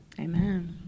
Amen